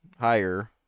higher